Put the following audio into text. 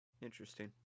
Interesting